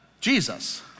Jesus